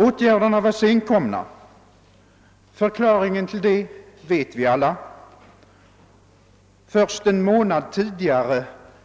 Åtgärderna var senkomna. Förklaringen härtill vet vi alla. Först en månad tidigare